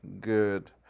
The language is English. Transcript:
good